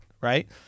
right